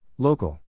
Local